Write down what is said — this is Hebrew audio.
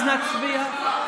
אז נצביע היא לא משכה.